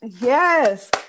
Yes